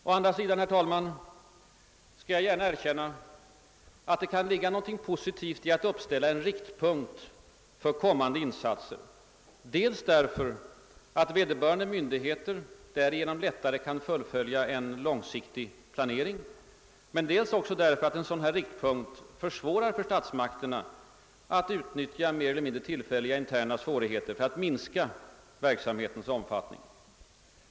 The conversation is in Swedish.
Å andra sidan skall jag gärna erkänna, att det kan ligga någonting positivt i att uppställa en riktpunkt för kommande insatser, dels därför att vederbörande myndigheter därigenom lättare kan fullfölja en långsiktig planering, dels också därför att en sådan riktpunkt gör det svårare för statsmakterna att utnyttja mer eller mindre tillfälliga interna svårigheter för att minska verksamhetens omfattning.